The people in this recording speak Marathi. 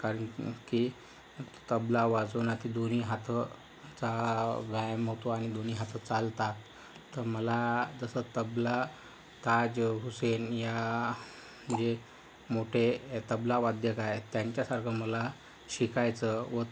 कारण की तबला वाजवण्यातील दोन्ही हातांचा व्यायाम होतो आणि दोन्ही हात चालतात तर मला तसं तबला ताज हुसेन या जे मोठे तबलावादक आहे त्यांच्यासारखं मला शिकायचं